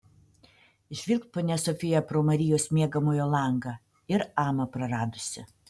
žvilgt ponia sofija pro marijos miegamojo langą ir amą praradusi